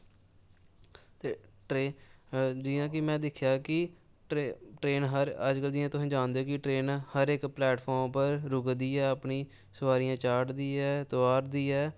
जि'यां कि में दिक्खेआ की ट्रेन हर अज्ज कल जि'यां तुस जानदे की ट्रेन हर इक पलेटफार्म पर रुकदी ऐ अपनी सोआरियां चाढ़दी ऐ तोआरदी ऐ